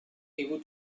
able